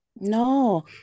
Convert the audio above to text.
No